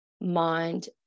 mind